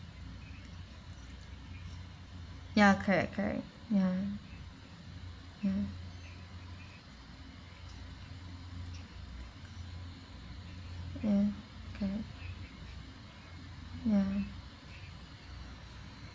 ya correct correct ya ya ya ya